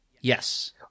Yes